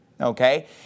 okay